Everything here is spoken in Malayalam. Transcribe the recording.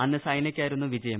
അന്ന് സൈനയ്ക്കായിരുന്നു വിജയം